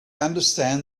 understand